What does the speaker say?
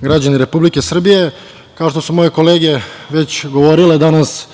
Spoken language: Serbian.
građani Republike Srbije, kao što su moje kolege već govorile, danas